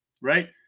right